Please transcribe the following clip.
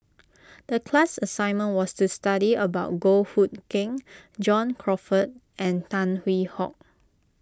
the class assignment was to study about Goh Hood Keng John Crawfurd and Tan Hwee Hock